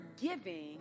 giving